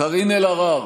קארין אלהרר,